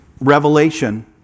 revelation